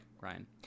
Ryan